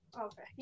Okay